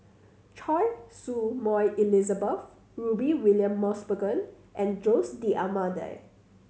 Choy Su Moi Elizabeth Rudy William Mosbergen and Jose D'Almeida